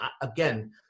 again